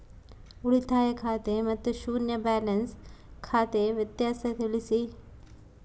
ಉಳಿತಾಯ ಖಾತೆ ಮತ್ತೆ ಶೂನ್ಯ ಬ್ಯಾಲೆನ್ಸ್ ಖಾತೆ ವ್ಯತ್ಯಾಸ ತಿಳಿಸಿ?